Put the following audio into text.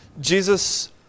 Jesus